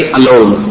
alone